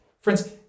Friends